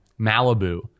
Malibu